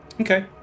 Okay